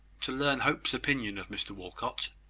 to learn hope's opinion of mr walcot,